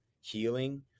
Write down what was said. healing